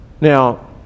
Now